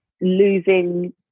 losing